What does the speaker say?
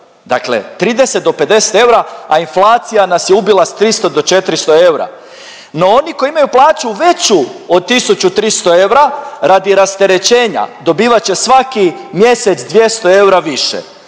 dakle 30 do 50 eura, a inflacija nas je ubila s 300 do 400 eura. No, oni koji imaju plaću veću od 1.300 eura radi rasterećenja dobivat će svaki mjesec 200 eura više.